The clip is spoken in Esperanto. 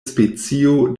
specio